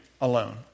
alone